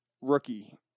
rookie